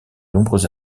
nombreux